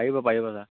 পাৰিব পাৰিব ছাৰ